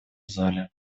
зале